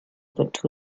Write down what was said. but